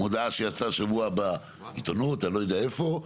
מודעה שיצאה שבוע הבא, עיתונות, אני לא יודע איפה.